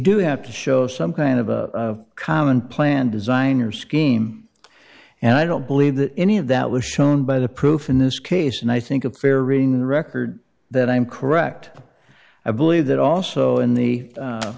have to show some kind of a common plan design or scheme and i don't believe that any of that was shown by the proof in this case and i think a fair reading record that i'm correct i believe that also in the